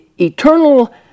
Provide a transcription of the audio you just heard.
eternal